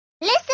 Listen